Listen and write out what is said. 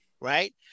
right